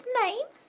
name